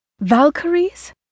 Valkyries